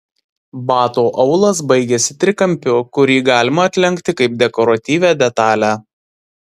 bato aulas baigiasi trikampiu kurį galima atlenkti kaip dekoratyvią detalę